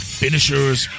finishers